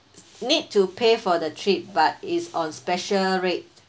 need to pay for the trip but is on special rate